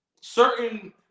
certain